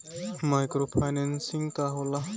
Micro financing का होला?